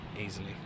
easily